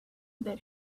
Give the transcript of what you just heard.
that